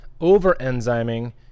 over-enzyming